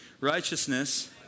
Righteousness